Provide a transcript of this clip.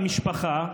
המשפחה,